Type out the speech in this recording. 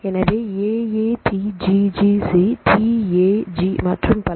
எனவே A A T GGC T AG மற்றும் பல